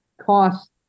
cost